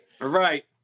Right